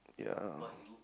ya